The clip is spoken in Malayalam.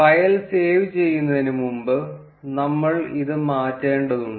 ഫയൽ സേവ് ചെയ്യുന്നതിന് മുമ്പ് നമ്മൾ ഇത് മാറ്റേണ്ടതുണ്ട്